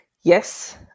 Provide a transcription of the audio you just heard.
Yes